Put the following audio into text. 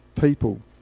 people